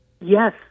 Yes